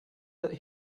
that